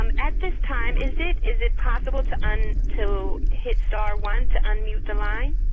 um at this time is it is it possible to um to hit star one to unmute the line?